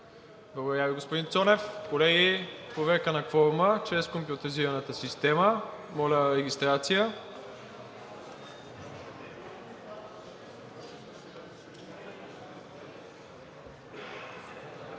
Благодаря Ви, господин Цонев. Колеги, проверка на кворума чрез компютризираната система. Моля, регистрация.